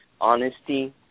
honesty